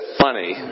funny